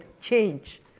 change